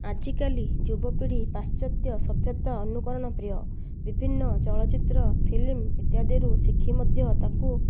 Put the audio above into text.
ଆଜିକାଲି ଯୁବ ପିଢ଼ି ପାଶ୍ଚତ୍ୟ ସଭ୍ୟତା ଅନୁକରଣ ପ୍ରିୟ ବିଭିନ୍ନ ଚଳଚିତ୍ର ଫିଲ୍ମ୍ ଇତ୍ୟାଦିରୁ ଶିଖି ମଧ୍ୟ ତାକୁ